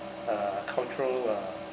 uh cultural uh